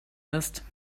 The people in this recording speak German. ist